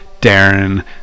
Darren